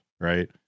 right